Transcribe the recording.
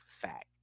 Fact